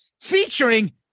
featuring